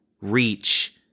reach